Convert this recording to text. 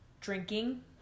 drinking